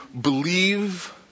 believe